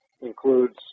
includes